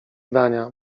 zdania